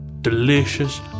delicious